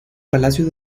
palacio